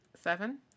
Seven